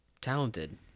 Talented